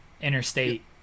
interstate